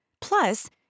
Plus